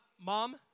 mom